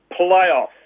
playoff